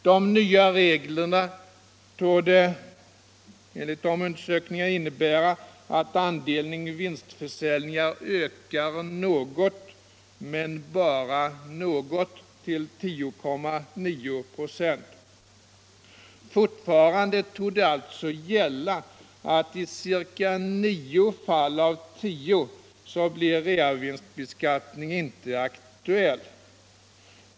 De nya reglerna torde innebära att andelen vinstförsäljningar ökar något, men bara något, till 10,9 26. Fortfarande torde alltså gälla att i ca nio fall av tio blir reavinstbeskattning inte aktuell.